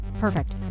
perfect